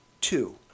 two